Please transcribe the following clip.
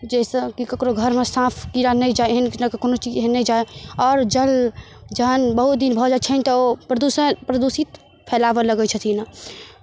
जाहिसँ कि ककरहु घरमे साँप कीड़ा नहि जाय एहन तरहक कोनो चीज एहन नहि जाय आओर जल जहन बहुत दिन भऽ जाइ छनि तऽ ओ प्रदूषण प्रदूषित फैलावय लगै छथिन